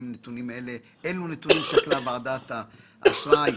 אילו נתונים שקלה ועדת האשראי?